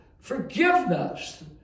Forgiveness